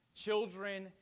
children